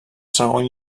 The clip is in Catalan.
segon